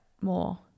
more